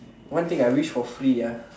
one thing I wish for free ah